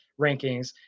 rankings